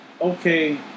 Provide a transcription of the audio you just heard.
okay